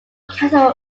castle